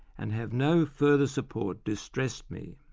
and have no further support distressed me.